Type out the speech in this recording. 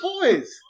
boys